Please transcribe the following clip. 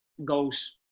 goes